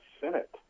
Senate